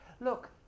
Look